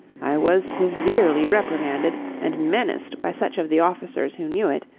i was severely reprimanded and menaced by such of the officers who knew it,